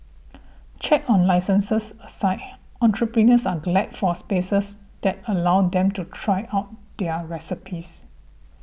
checks on licences aside entrepreneurs are glad for spaces that allow them to try out their recipes